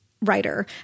writer